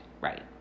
right